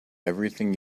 everything